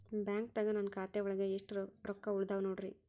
ಬ್ಯಾಂಕ್ದಾಗ ನನ್ ಖಾತೆ ಒಳಗೆ ಎಷ್ಟ್ ರೊಕ್ಕ ಉಳದಾವ ನೋಡ್ರಿ?